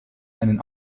einen